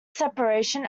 separation